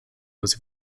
was